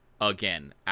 again